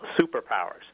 superpowers